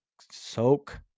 Soak